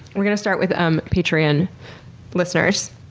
we're going to start with um patreon listeners.